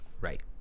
right